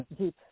deep